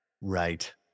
Right